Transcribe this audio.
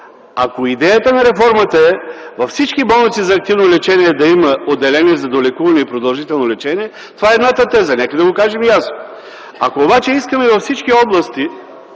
Ако идеята на реформата е във всички болници за активно лечение да има отделение за долекуване и продължително лечение, това е едната теза, нека да го кажем ясно. Ако обаче искаме във всички области